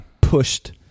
pushed